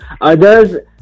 others